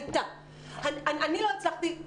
אני לא הצלחתי,